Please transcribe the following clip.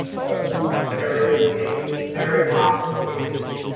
so but there is a very complicated.